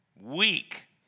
Weak